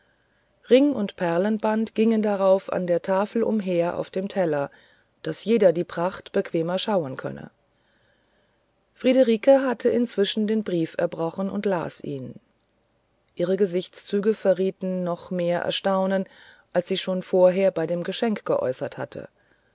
ring und perlenband gingen darauf an der tafel umher auf dem teller daß jeder die pracht bequemer schauen könne friederike hatte inzwischen den brief erbrochen und las ihn ihre gesichtszüge verrieten noch mehr erstaunen als sie schon vorher bei den geschenken geäußert hatte